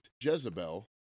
Jezebel